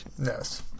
Yes